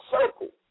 circle